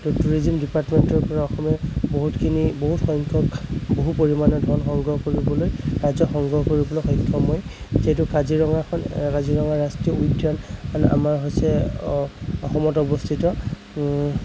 tourism ডিপাৰ্টমেণ্টৰ পৰাও অসমে বহুতখিনি বহুতসংখ্য়ক বহু পৰিমাণৰ ধন সংগ্ৰহ কৰিবলৈ ৰাজহ সংগ্ৰহ কৰিবলৈ সক্ষম হয় যিহেতু কাজিৰঙাখন কাজিৰঙা ৰাষ্ট্ৰীয় উদ্য়ান আমাৰ হৈছে অসমত অৱস্থিত